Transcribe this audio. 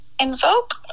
invoke